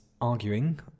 arguing